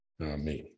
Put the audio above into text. Amen